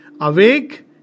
Awake